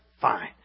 fine